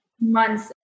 Months